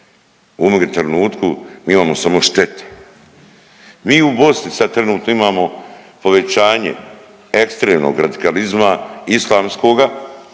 U ovome trenutku mi imamo samo štete. Mi u Bosni sad trenutno imamo povećanje ekstremnog radikalizma islamskoga.